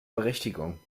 berechtigung